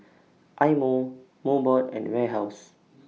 Eye Mo Mobot and Warehouse